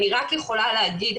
אני רק יכולה להגיד,